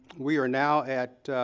we are now at